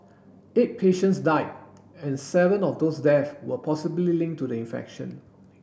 eight patients died and seven of those deaths were possibly linked to the infection